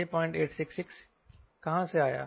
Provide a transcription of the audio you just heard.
यह 0866 कहां से आया